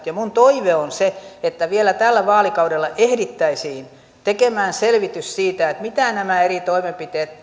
ja minun toiveeni on se että vielä tällä vaalikaudella ehdittäisiin tekemään selvitys siitä miten nämä eri toimenpiteet